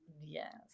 Yes